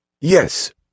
Yes